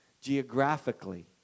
geographically